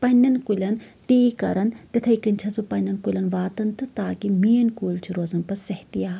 پَنٕنٮ۪ن کُلین تی کران تِتھَے کَنۍ چھَس بہٕ پَنٕنٮ۪ن کُلین واتان تہٕ تاکہِ میٲنۍ کُلۍ چھٕ روزان پَتہٕ صحتیاب